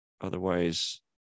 otherwise